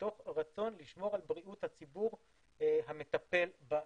מתוך רצון לשמור על בריאות הציבור המטפל בנפטרים,